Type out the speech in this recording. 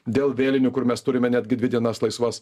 dėl vėlinių kur mes turime netgi dvi dienas laisvas